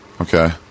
Okay